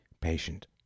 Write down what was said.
patient